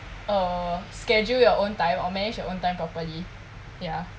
or schedule your own time or manage your own time properly ya